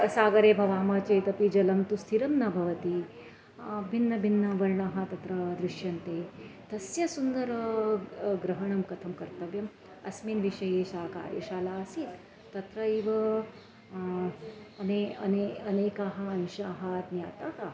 सागरे भवामः चेदपि जलं तु स्थिरं न भवति भिन्नभिन्न वर्णाः तत्र दृश्यन्ते तस्य सुन्दरं ग्रहणं कथं कर्तव्यम् अस्मिन् विषये सा कार्यशाला आसीत् तत्र एव अने अने अनेकाः अंशाः ज्ञाताः